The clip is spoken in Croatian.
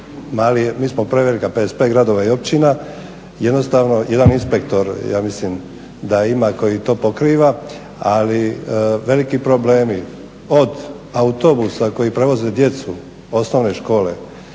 mi smo prevelika, 55 gradova i općina, jednostavno jedan inspektor ja mislim da ima koji to pokriva ali veliki problemi od autobusa koji prevoze djecu osnovne škole,